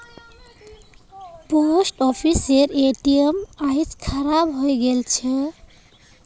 post ऑफिसेर ATM आइज खराब हइ गेल छ